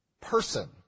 person